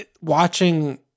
watching